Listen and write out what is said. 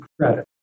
credit